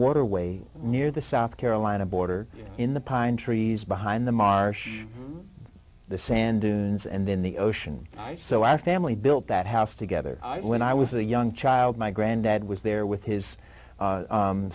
waterway near the south carolina border in the pine trees behind the marsh the sand dunes and then the ocean i so our family built that house together when i was a young child my granddad was there with his